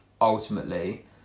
ultimately